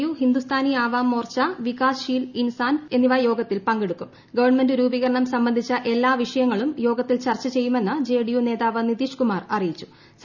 U Hindustani Awam Morcha Vikassheel Insaan പാർട്ടികൾ government രൂപീകരണം സംബന്ധിച്ച എല്ലാ വിഷയങ്ങളും യോഗത്തിൽ ചർച്ച പ്രെയ്യുമെന്ന് ജെഡിയു നേതാവ് നിതീഷ് കുമാർ അറിയിച്ചു്